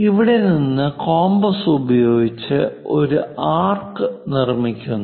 ഇവിടെ നിന്ന് കോമ്പസ് പയോഗിച്ച് ഒരു ആർക്ക് നിർമ്മിക്കുന്നു